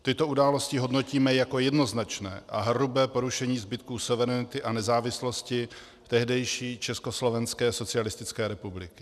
Tyto události hodnotíme jako jednoznačné a hrubé porušení zbytků suverenity a nezávislosti tehdejší Československé socialistické republiky.